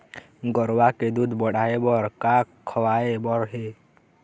गरवा के दूध बढ़ाये बर का खवाए बर हे?